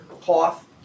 cloth